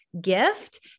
gift